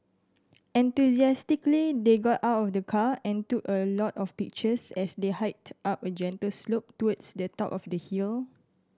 enthusiastically they got out of the car and took a lot of pictures as they hiked up a gentle slope towards the top of the hill